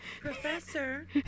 Professor